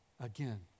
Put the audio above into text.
Again